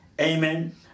Amen